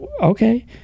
Okay